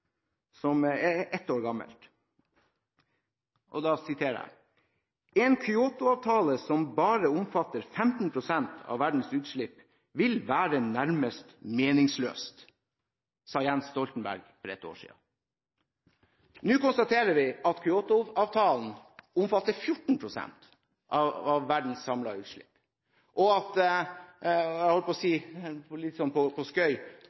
som er ett år gammelt: «En Kyotoavtale som bare omfatter 15 prosent av verdens utslipp, vil være nærmest meningsløst.» Dette sa Jens Stoltenberg for ett år siden. Nå konstaterer vi at Kyoto-avtalen omfatter 14 pst. av verdens samlede utslipp – jeg holdt på å si litt på skøy